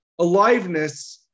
Aliveness